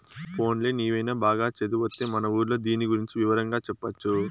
పోన్లే నీవైన బాగా చదివొత్తే మన ఊర్లో దీని గురించి వివరంగా చెప్పొచ్చు